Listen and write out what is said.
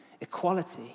equality